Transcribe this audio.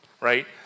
right